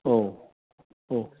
औ औ